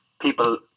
people